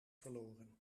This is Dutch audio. verloren